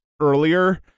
earlier